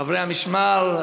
חברי המשמר,